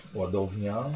ładownia